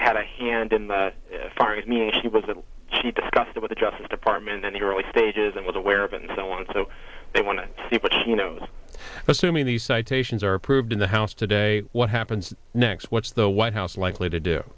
had a hand in the far east meaning she was and she discussed it with the justice department in the early stages and was aware of it and so on and so they want to see what she knows assuming the citations are approved in the house today what happens next what's the white house likely to do